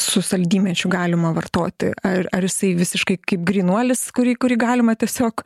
su saldymedžiu galima vartoti ar ar jisai visiškai kaip grynuolis kurį kurį galima tiesiog